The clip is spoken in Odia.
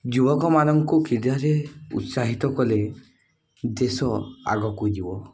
ଯୁବକମାନଙ୍କୁ କ୍ରୀଡ଼ାରେ ଉତ୍ସାହିତ କଲେ ଦେଶ ଆଗକୁ ଯିବ